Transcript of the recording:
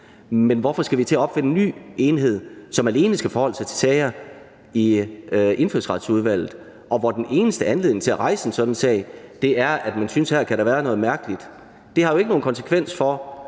men hvorfor skal vi til at opfinde en ny enhed, som alene skal forholde sig til sager i Indfødsretsudvalget, og hvor den eneste anledning til at rejse en sådan sag er, at her synes man, at der kan være noget mærkeligt. Det har jo ikke nogen konsekvens for,